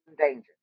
danger